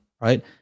right